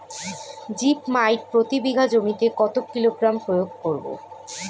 Zip মাইট প্রতি বিঘা জমিতে কত কিলোগ্রাম প্রয়োগ করব?